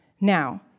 Now